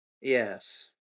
Yes